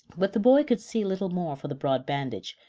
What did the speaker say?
but the boy could see little more for the broad bandage,